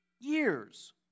years